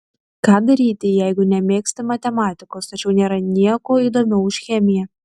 ką daryti jeigu nemėgsti matematikos tačiau nėra nieko įdomiau už chemiją